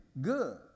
good